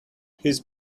his